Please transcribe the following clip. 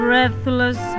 Breathless